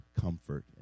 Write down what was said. comfort